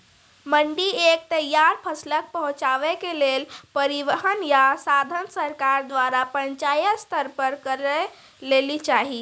मंडी तक तैयार फसलक पहुँचावे के लेल परिवहनक या साधन सरकार द्वारा पंचायत स्तर पर करै लेली चाही?